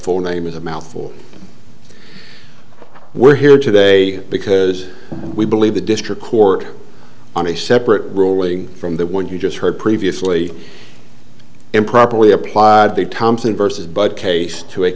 full name is a mouthful we're here today because we believe the district court on a separate ruling from the one you just heard previously improperly applied the thompson versus bud case to